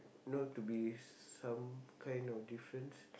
know to be some kind of difference